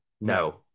No